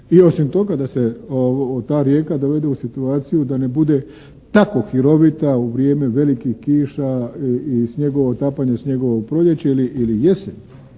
i osim toga da se ta rijeka dovede u situaciju da ne bude tako hirovita u vrijeme velikih kiša i snjegova, otapanja snjegova u proljeće ili jesen